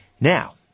Now